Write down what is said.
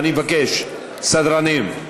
אני מבקש, סדרנים.